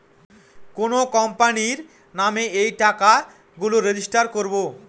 কোনো কোম্পানির নামে এই টাকা গুলো রেজিস্টার করবো